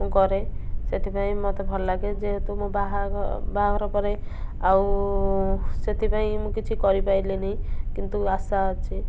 ମୁଁ କରେ ସେଥିପାଇଁ ମୋତେ ଭଲ ଲାଗେ ଯେହେତୁ ମୁଁ ବାହା ବାହାଘର ପରେ ଆଉ ସେଥିପାଇଁ ମୁଁ କିଛି କରିପାରିଲିନି କିନ୍ତୁ ଆଶା ଅଛି